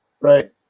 Right